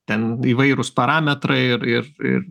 ten įvairūs parametrai ir ir ir